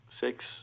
Six